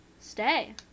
stay